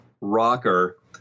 rocker